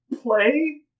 play